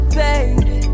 baby